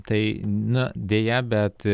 tai na deja bet